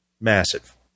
Massive